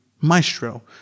Maestro